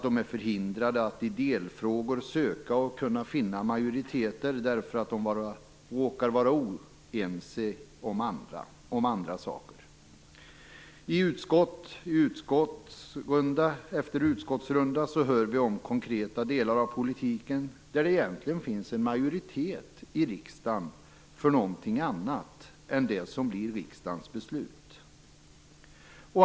De är förhindrade att i delfrågor söka och finna majoriteter därför att de råkar vara oense om andra saker. I utskottsrunda efter utskottsrunda hör vi om konkreta delar av politiken där det egentligen finns majoritet i riksdagen för någonting annat än det som blir riksdagens beslut.